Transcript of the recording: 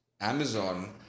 Amazon